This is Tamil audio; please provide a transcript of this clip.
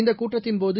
இந்தக் கூட்டத்தின்போது